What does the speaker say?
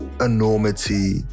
enormity